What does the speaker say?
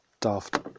daft